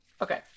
okay